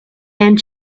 and